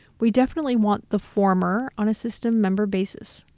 we definitely want the former on a system member basis.